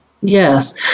yes